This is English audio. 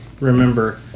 remember